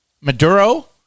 Maduro